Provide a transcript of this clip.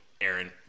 Aaron